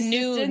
new